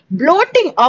bloating